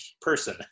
person